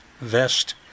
vest